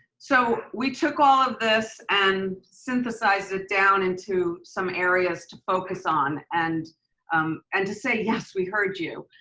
so we took all of this and synthesized it down into some areas to focus on and um and to say yes, we heard you.